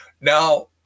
Now